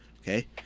Okay